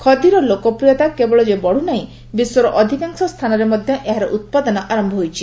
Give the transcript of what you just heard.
ଖଦୀର ଲୋକପ୍ରିୟତା କେବଳ ଯେ ବଢୁନାହିଁ ବିଶ୍ୱର ଅଧିକାଂଶ ସ୍ଥାନରେ ମଧ୍ୟ ଏହାର ଉତ୍ପାଦନ ଆରର୍ଚ୍ଚ ହୋଇଯାଇଛି